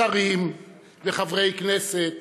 שרים וחברי כנסת